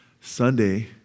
Sunday